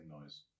noise